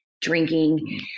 drinking